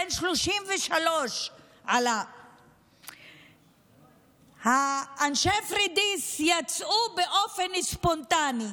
בן 33. אנשי פוריידיס יצאו באופן ספונטני,